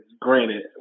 granted